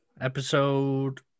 Episode